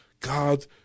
God